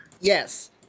Yes